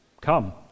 come